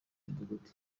midugudu